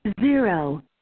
Zero